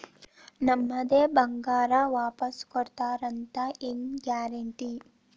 ನಮ್ಮದೇ ಬಂಗಾರ ವಾಪಸ್ ಕೊಡ್ತಾರಂತ ಹೆಂಗ್ ಗ್ಯಾರಂಟಿ?